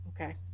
Okay